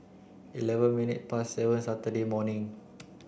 eleven minutes past seven Saturday evening